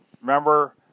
Remember